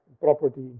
property